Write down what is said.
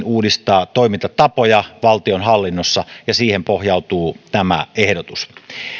uudistaa toimintatapoja valtionhallinnossa ja siihen pohjautuu tämä ehdotus